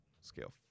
Scale